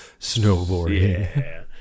snowboarding